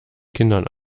kindern